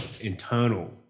internal